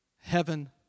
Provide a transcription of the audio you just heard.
Heaven